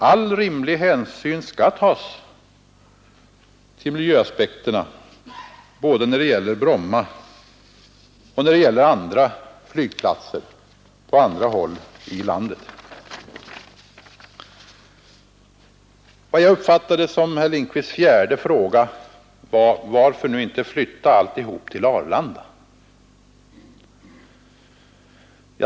Alla rimliga hänsyn skall tas till miljöaspekterna, både när det gäller Bromma och när det gäller flygplatser på andra håll i landet. Vad jag uppfattade som herr Lindkvists fjärde fråga var: Varför nu inte flytta alltihop till Arlanda?